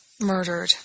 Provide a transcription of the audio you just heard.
murdered